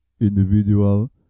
individual